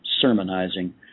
sermonizing